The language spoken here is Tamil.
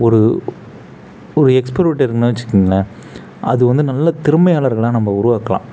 ஒரு ஒரு எக்ஸ்ப்ளோரேட்டிவ் இருக்குதுன்னே வச்சிக்கங்களேன் அது வந்து நல்ல திறமையாளர்களாக நம்ம உருவாக்கலாம்